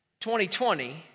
2020